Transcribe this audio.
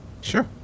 Sure